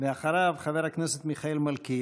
אחריו, חבר הכנסת מיכאל מלכיאלי.